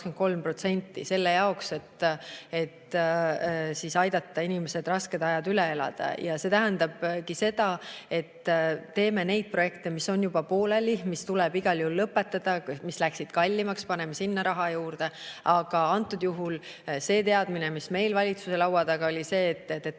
selleks et aidata inimestel rasked ajad üle elada. See tähendabki seda, et me teeme neid projekte, mis on juba pooleli, mis tuleb igal juhul lõpetada, mis läksid kallimaks, me paneme sinna raha juurde. Aga antud juhul see teadmine, mis meil valitsuse laua taga oli, oli